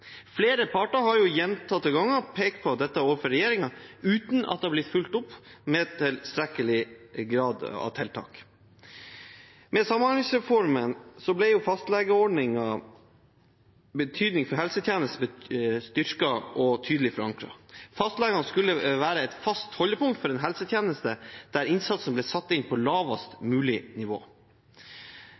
Flere parter har gjentatte ganger pekt på dette overfor regjeringen uten at det har blitt fulgt opp i tilstrekkelig grad med tiltak. Med samhandlingsreformen ble fastlegeordningens betydning for helsetjenesten styrket og tydelig forankret. Fastlegene skulle være et fast holdepunkt for en helsetjeneste der innsatsen ble satt inn på lavest mulig nivå.